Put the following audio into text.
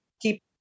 keep